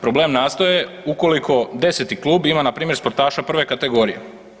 Problem nastaje ukoliko 10. klub ima npr. sportaša prve kategorije.